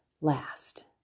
last